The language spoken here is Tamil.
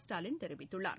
ஸ்டாலின் தெரிவித்துள்ளார்